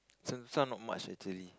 this this one not much actually